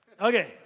Okay